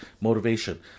motivation